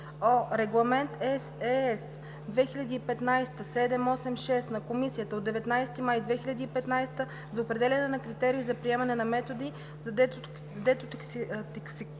о) Регламент (ЕС) 2015/786 на Комисията от 19 май 2015 г. за определяне на критерии за приемане на методи за детоксикация,